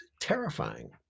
terrifying